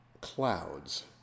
clouds